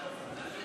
לסעיף